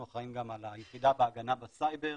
אחראים גם על היחידה בהגנה בסייבר,